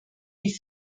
wie